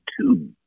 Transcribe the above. two